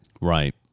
Right